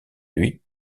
lui